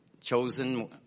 chosen